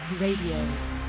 Radio